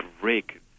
break